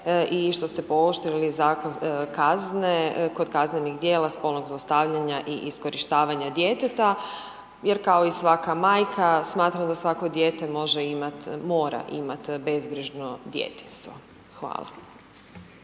i što ste pooštrili kazne kod kaznenih dijela spolnog zlostavljanja i iskorištavanja djeteta, jer kao i svaka majka, smatram da svako dijete može imat, mora imat bezbrižno djetinjstvo. Hvala.